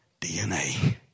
DNA